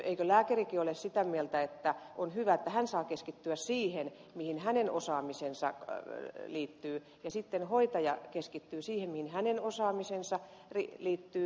eikö lääkärikin ole sitä mieltä että on hyvä että hän saa keskittyä siihen mihin hänen osaamisensa liittyy ja sitten hoitaja keskittyy siihen mihin hänen osaamisensa liittyy